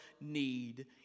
need